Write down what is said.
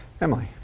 Emily